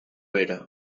era